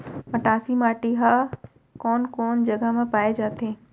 मटासी माटी हा कोन कोन जगह मा पाये जाथे?